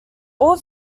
all